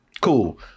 cool